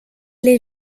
les